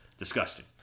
Disgusting